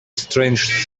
strange